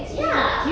ya